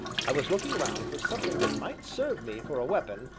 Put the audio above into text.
i was looking round for something that might serve me for a weapon,